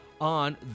on